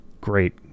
great